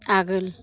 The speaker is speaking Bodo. आगोल